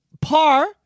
par